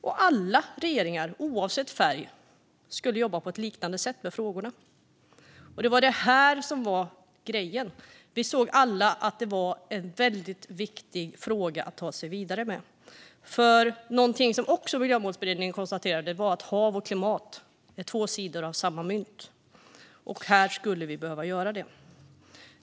Och alla regeringar, oavsett färg, skulle jobba på ett liknande sätt med frågorna. Det var detta som var grejen. Vi såg alla att det var en väldigt viktig fråga att ta vidare. Någonting som Miljömålsberedningen också konstaterade var nämligen att hav och klimat är två sidor av samma mynt. Och här skulle vi behöva göra det.